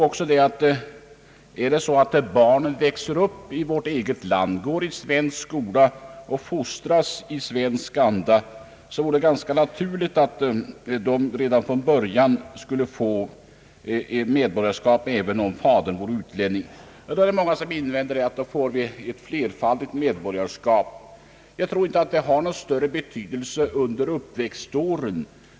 Om barnen växer upp i vårt land, går i svensk skola och fostras i svensk anda, tycker man att det vore ganska naturligt att de redan från början skulle få svenskt medborgarskap även om fadern vore utlänning. Många invänder att vi då får flerfaldigt medborgarskap. Jag tror inte att det har någon större betydelse under uppväxtåren.